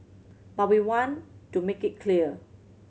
but we want to make it clear